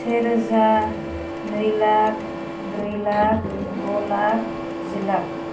सेरोजा नैलाख ब्रैलाख द'लाख जिलाख